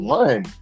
one